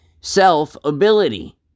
self-ability